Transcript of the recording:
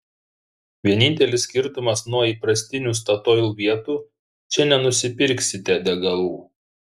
vienintelis skirtumas nuo įprastinių statoil vietų čia nenusipirksite degalų